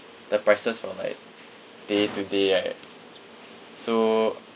the prices for like day to day right so